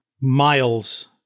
miles